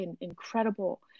incredible